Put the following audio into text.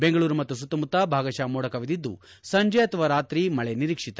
ದೆಂಗಳೂರು ಮತ್ತು ಸುತ್ತಮುತ್ತ ಭಾಗಶಃ ಮೋಡ ಕವಿದಿದ್ದು ಸಂಜೆ ಅಥವಾ ರಾತ್ರಿ ಮಳೆ ನಿರೀಕ್ಷಿತ